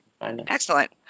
excellent